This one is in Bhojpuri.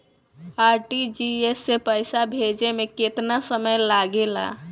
आर.टी.जी.एस से पैसा भेजे में केतना समय लगे ला?